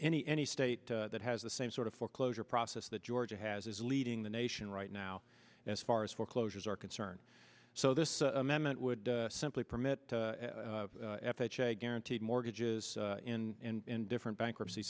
any any state that has the same sort of foreclosure process that georgia has is leading the nation right now as far as foreclosures are concerned so this amendment would simply permit f h a guaranteed mortgages in different bankruptcy